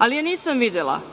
Pored svega,